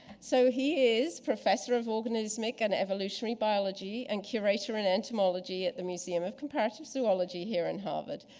so he is professor of organismic and evolutionary biology and curator in entomology at the museum of comparative zoology here in harvard.